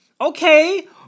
okay